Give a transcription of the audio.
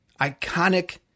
iconic